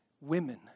women